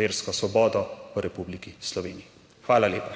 versko svobodo v Republiki Sloveniji. Hvala lepa.